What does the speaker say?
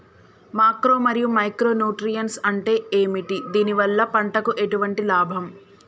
Macro మరియు micro nutrients అంటే ఏమిటి? దీనివల్ల పంటకు ఎటువంటి లాభం?